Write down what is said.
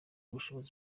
ubushobozi